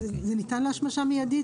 זה ניתן להשמשה מיידית?